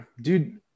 Dude